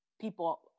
people